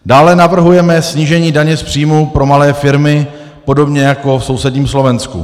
Dále navrhujeme snížení daně z příjmu pro malé firmy, podobně jako v sousedním Slovensku.